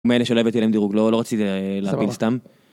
מאלה שלא הבאתי להם דירוג, לא רציתי להפיל סתם.